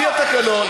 לפי התקנון.